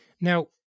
Now